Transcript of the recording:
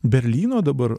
berlyno dabar